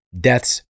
deaths